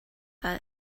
that